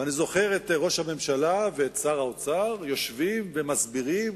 אני זוכר את ראש הממשלה ואת שר האוצר יושבים ומסבירים